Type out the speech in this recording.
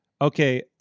Okay